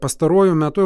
pastaruoju metu